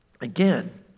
again